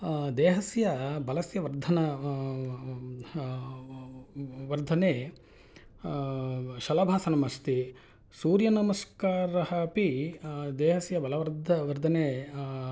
देहस्य बलस्य वर्धन वर्धने शलभाभासनम् अस्ति सूर्यनमस्कारः अपि देहस्य बलवर्द वर्धने